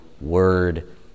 word